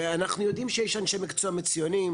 אנחנו יודעים שיש אנשי מקצוע מצוינים,